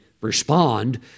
respond